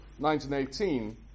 1918